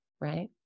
right